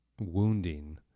wounding